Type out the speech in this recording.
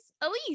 Elise